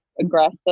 aggressive